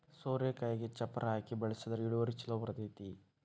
ಸೋರೆಕಾಯಿಗೆ ಚಪ್ಪರಾ ಹಾಕಿ ಬೆಳ್ಸದ್ರ ಇಳುವರಿ ಛಲೋ ಬರ್ತೈತಿ